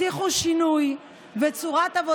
שסיפר על טלפון שהוא קיבל מאב ששני בניו היו באסון,